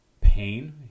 pain